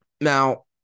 Now